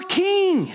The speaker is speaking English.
king